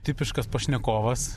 tipiškas pašnekovas